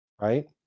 right